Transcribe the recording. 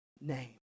name